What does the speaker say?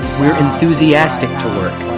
we are enthusiastic to work,